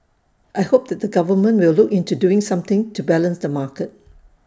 I hope that the government will look into doing something to balance the market